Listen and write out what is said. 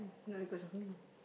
not because of me